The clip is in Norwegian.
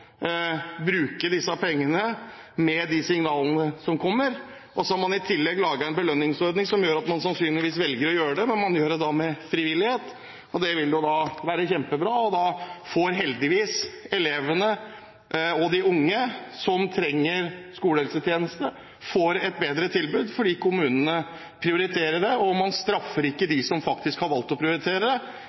bruke disse pengene, og man har i tillegg laget en belønningsordning som gjør at man sannsynligvis velger å gjøre det, men man gjør det da frivillig. Det vil være kjempebra. Da får heldigvis elevene og de unge som trenger skolehelsetjeneste, et bedre tilbud fordi kommunene prioriterer det – man straffer ikke dem som faktisk har valgt å prioritere, men kanskje heller dem som ikke har valgt å prioritere, så de kan se at det